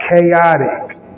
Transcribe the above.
chaotic